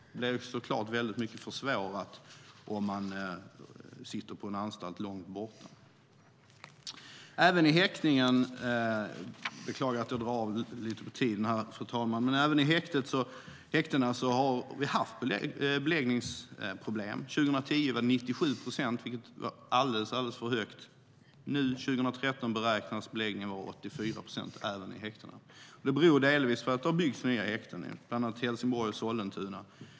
Det försvåras naturligtvis om man sitter på en anstalt långt bort. Även i häktena har vi haft beläggningsproblem. År 2010 var beläggningen 97 procent, vilket var alldeles för högt. Nu 2013 beräknas beläggningen vara 84 procent även i häktena. Det beror delvis på att det har byggts nya häkten, bland annat i Helsingborg och Sollentuna.